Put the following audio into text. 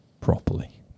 properly